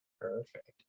perfect